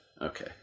Okay